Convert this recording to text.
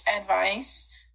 advice